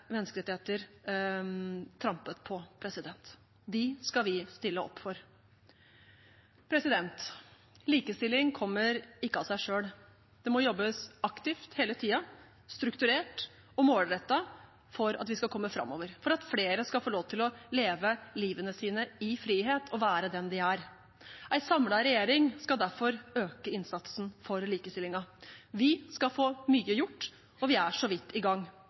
menneskerettigheter trampet på. De skal vi stille opp for. Likestilling kommer ikke av seg selv. Det må jobbes aktivt hele tiden, strukturert og målrettet for at vi skal komme framover, for at flere skal få lov til å leve livet sitt i frihet og være den de er. En samlet regjering skal derfor øke innsatsen for likestillingen. Vi skal få mye gjort, og vi er så vidt i gang.